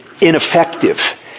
ineffective